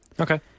Okay